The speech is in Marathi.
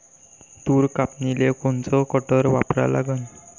तूर कापनीले कोनचं कटर वापरा लागन?